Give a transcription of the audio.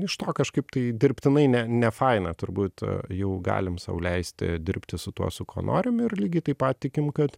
iš to kažkaip tai dirbtinai ne nefaina turbūt jau galim sau leisti dirbti su tuo su kuo norim ir lygiai taip pat tikim kad